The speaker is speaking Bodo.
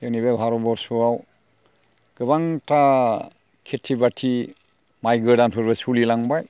जोंनि बे भारत बरस'आव गोबांथा खेथि बाथि माइ गोदानफोरबो सोलिलांबाय